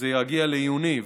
זה יגיע לעיוני,